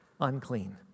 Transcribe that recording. unclean